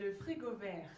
seek revenge